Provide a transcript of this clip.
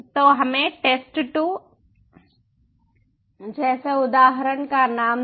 तो हमें test2 जैसे उदाहरण का नाम दें